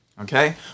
Okay